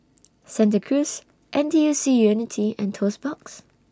Santa Cruz N T U C Unity and Toast Box